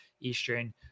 Eastern